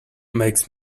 makes